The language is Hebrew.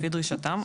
לפי דרישתם,